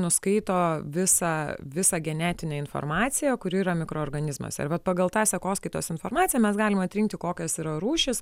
nuskaito visą visą genetinę informaciją kuri yra mikroorganizmuose ir vat pagal tą sekos kaitos informaciją mes galim atrinkti kokios yra rūšys